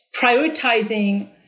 prioritizing